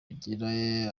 mugire